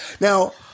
Now